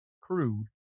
crude